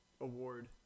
award